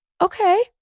okay